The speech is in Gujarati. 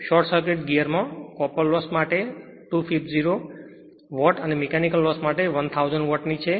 શોર્ટ સર્કિટ ગિઅરમાં કોપર લોસ માટે 250 વોટ અને મીકેનિકલ લોસ માટે 1000 વોટની છે